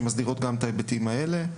שמסדירות גם את ההיבטים האלה.